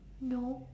no